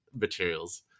materials